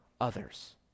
others